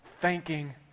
thanking